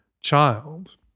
child